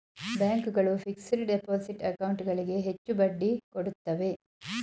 bank ಗಳು fixed deposit account ಗಳಿಗೆ ಹೆಚ್ಚು ಬಡ್ಡಿ ಕೊಡುತ್ತವೆ